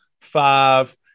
five